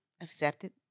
accepted